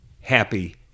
happy